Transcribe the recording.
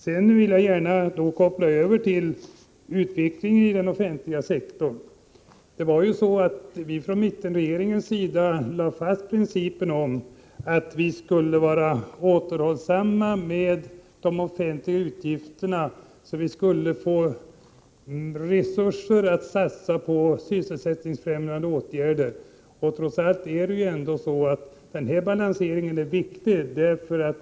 Jag vill också gärna koppla över till utvecklingen i den offentliga sektorn. Vi från mittenregeringen lade fast principen om att vi skulle vara återhållsamma med de offentliga utgifterna, så att vi skulle få resurser att satsa på sysselsättningsfrämjande åtgärder. Trots allt är den avbalanseringen viktig.